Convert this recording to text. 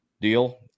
deal